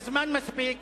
זה זמן מספיק